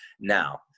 now